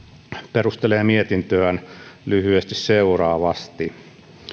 perustelee mietintöään lyhyesti seuraavasti